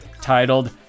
titled